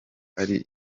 ari